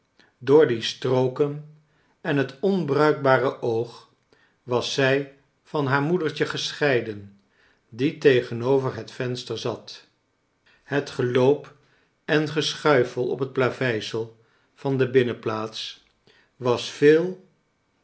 door die strooken en het onbruikbaxe oog was zij van haar moedertje gescheiden die tegenover het venster zat het geloop en geschuifel op het plaveisel van de binnenplaats was veel